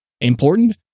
important